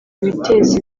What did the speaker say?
ibiteza